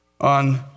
on